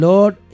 Lord